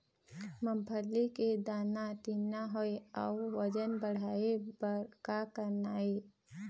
मूंगफली के दाना ठीन्ना होय अउ वजन बढ़ाय बर का करना ये?